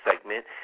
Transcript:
segment